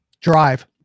drive